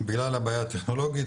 בגלל הבעיה הטכנולוגית,